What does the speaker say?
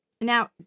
Now